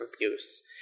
abuse